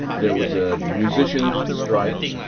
there was a musician strike,